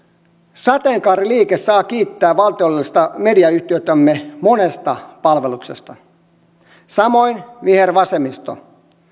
sateenkaariliike saa kiittää valtiollista mediayhtiötämme monesta palveluksesta samoin vihervasemmisto